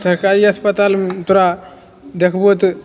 सरकारी अस्पतालमे तोरा देखबहो तऽ